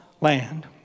land